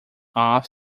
off